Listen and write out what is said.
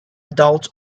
adults